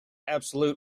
absolute